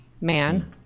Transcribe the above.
man